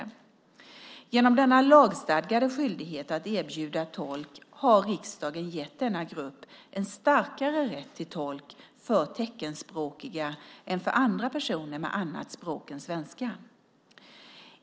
Genom denna lagstadgade skyldighet att erbjuda tolk har riksdagen gett denna grupp en starkare rätt till tolk för teckenspråkiga än för andra personer med annat språk än svenska.